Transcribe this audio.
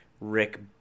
Rick